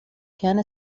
كان